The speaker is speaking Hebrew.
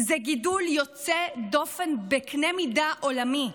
זה גידול יוצא דופן בקנה מידה עולמי.